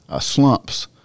slumps